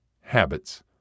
Habits